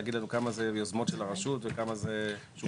להגיד לנו כמה זה יוזמות של הרשות וכמה זה שוק פרטי?